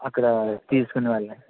అక్కడ తీసుకునే వెళ్ళాలి